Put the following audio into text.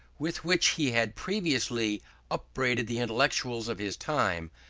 with which he had previously upbraided the intellectuals of his time,